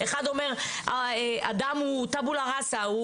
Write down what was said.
אחד אומר אדם הוא טבולה ראסה,